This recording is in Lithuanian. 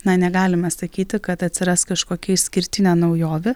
na negalima sakyti kad atsiras kažkokia išskirtinė naujovė